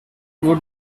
would